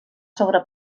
sobre